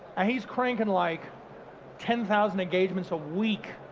he's cranking like ten thousand engagements a week